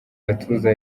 gatuza